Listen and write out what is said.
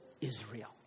Israel